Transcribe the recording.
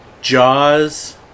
Jaws